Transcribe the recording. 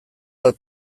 bat